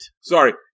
sorry